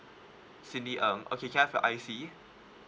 cindy ng okay can I have your I_C